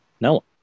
No